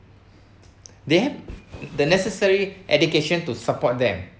they have the necessary education to support them